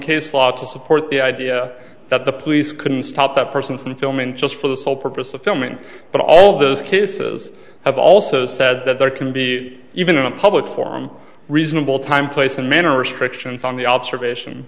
case law to support the idea that the police couldn't stop a person from filming just for the sole purpose of filming but all those cases have also said that there can be even in a public forum reasonable time place and manner restrictions on the observation